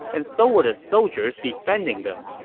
and so were the soldiers defending them.